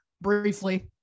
briefly